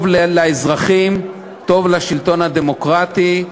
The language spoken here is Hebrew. הוא טוב לאזרחים וטוב לשלטון הדמוקרטי.